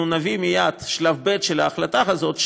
אנחנו נביא מייד שלב ב' של ההחלטה הזאת,